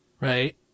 right